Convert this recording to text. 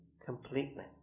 completely